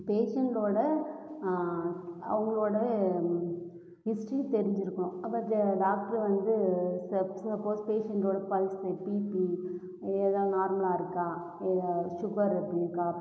பேஷண்ட்டோட அவங்களோட ஹிஸ்ட்ரி தெரிஞ்சிருக்கணும் அப்போ ஜ டாக்ட்ரு வந்து சப் சப்போஸ் பேஷண்ட்டோட பல்ஸு பீபி இதெல்லாம் நார்மலாக இருக்கா ஏதாவது சுகர் இருக்கா